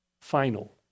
final